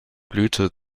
blühte